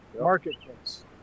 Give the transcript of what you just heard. marketplace